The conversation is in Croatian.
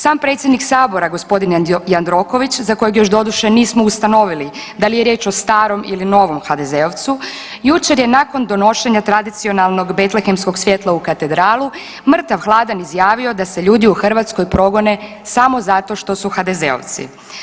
Sam predsjednik Sabora, gospodin Jandroković za kojeg još doduše nismo ustanovili da li je riječ o starom ili novom HDZ-ocu, jučer je nakon donošenja tradicionalnog Betlehemskog svjetla u katedralu, mrtav-hladan izjavio da se ljudi u Hrvatskoj progone samo zato što su HDZ-ovci.